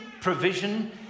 provision